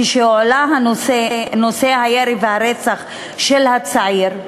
כשהועלה נושא הירי והרצח של הצעיר,